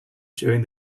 during